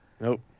nope